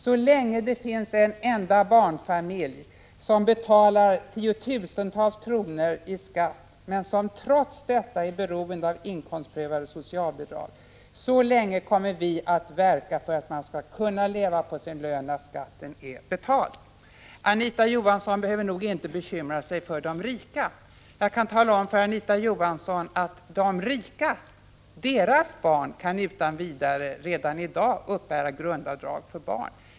Så länge det finns en enda barnfamilj som betalar tiotusentals kronor i skatt men som trots detta är beroende av inkomstprövade socialbidrag, så länge kommer vi att verka för att man skall kunna leva på sin lön när skatten är betald. Anita Johansson behöver nog inte bekymra sig för de rika. Jag kan tala om för Anita Johansson att de rika utan vidare redan i dag kan uppbära grundavdrag för barn.